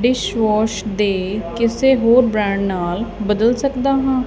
dishwash ਦੇ ਕਿਸੇ ਹੋਰ ਬ੍ਰਾਂਡ ਨਾਲ ਬਦਲ ਸਕਦਾ ਹਾਂ